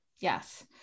yes